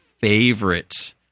favorite